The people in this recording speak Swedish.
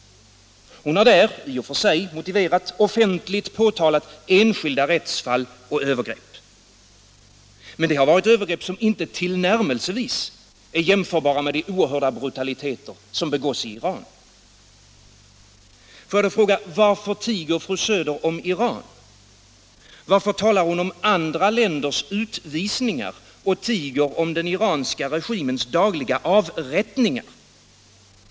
Hon har därvid, i och för sig motiverat, offentligt påtalat enskilda rättsfall och övergrepp. Men det har varit övergrepp som inte tillnärmelsevis är jämförbara med de oerhörda brutaliteter som begås i Iran. Får jag nu fråga: Varför tiger fru Söder om Iran? Varför talar hon om andra länders utvisningar och tiger om den iranska regimens dagliga avrättningar?